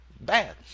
bad